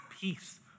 peace